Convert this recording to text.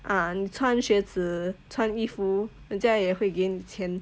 ah 你穿鞋子穿衣服人家也会给你钱